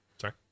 Sorry